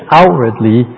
outwardly